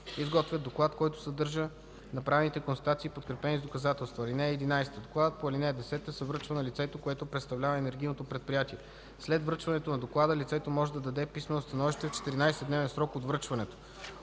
изготвят доклад, който съдържа направените констатации, подкрепени с доказателства. (11) Докладът по ал. 10 се връчва на лицето, което представлява енергийното предприятие. След връчването на доклада лицето може да даде писмено становище в 14-дневен срок от връчването.